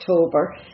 October